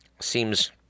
seems